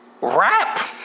rap